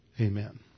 Amen